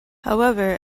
however